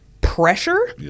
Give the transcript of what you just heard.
pressure